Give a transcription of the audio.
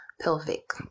pelvic